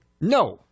No